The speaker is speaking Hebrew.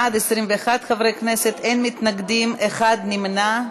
בעד, 21 חברי כנסת, אין מתנגדים, אחד נמנע.